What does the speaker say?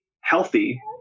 healthy